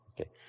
Okay